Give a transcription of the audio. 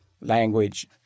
language